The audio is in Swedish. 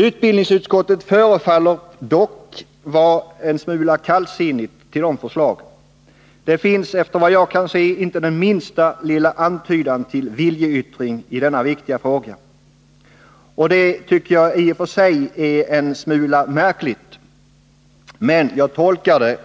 Utbildningsutskottet förefaller dock vara en smula kallsinnigt till förslagen. Det finns, såvitt jag kan se, inte den minsta lilla antydan till viljeyttring i denna viktiga fråga. Det är i och för sig en smula märkligt, men jag tolkar det